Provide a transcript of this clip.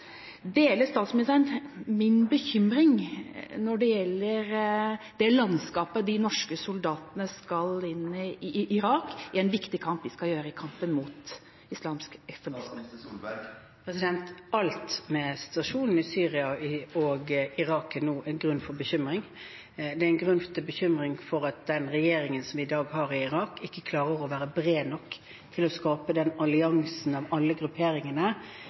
min bekymring når det gjelder det landskapet de norske soldatene skal inn i i Irak, i den viktige kampen de skal kjempe mot islamsk ekstremisme? Alt med situasjonen i Syria og Irak gir nå grunn til bekymring. Det gir grunn til bekymring at den regjering som vi i dag har i Irak, ikke klarer å være bred nok for å skape den alliansen av alle grupperingene